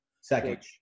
second